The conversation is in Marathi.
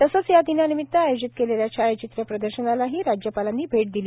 तसंच या दिनानिमित आयोजित केलेल्या छायाचित्र प्रदर्शनालाही राज्यपालांनी भेट दिली